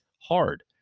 hard